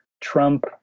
Trump